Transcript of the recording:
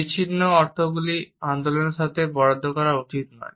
বিচ্ছিন্ন অর্থগুলি আন্দোলনের দিকে বরাদ্দ করা উচিত নয়